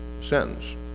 sentence